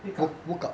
wake up